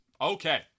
Okay